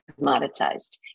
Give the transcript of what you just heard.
commoditized